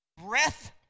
breath